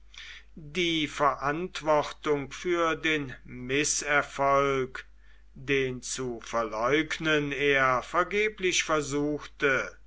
die verantwortung für den mißerfolg den zu verleugnen er vergeblich versuchte